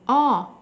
oh